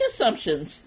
assumptions